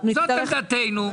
זאת עמדתנו.